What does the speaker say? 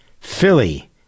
Philly